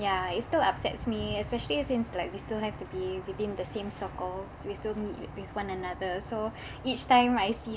ya it still upsets me especially since like we still have to be within the same circles we still meet with one another so each time I see